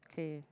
okay